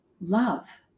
love